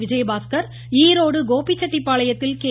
விஜயபாஸ்கர் ஈரோடு கோபிசெட்டிபாளையத்தில் கே